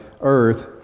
earth